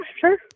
sure